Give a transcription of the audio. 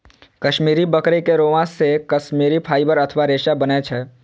कश्मीरी बकरी के रोआं से कश्मीरी फाइबर अथवा रेशा बनै छै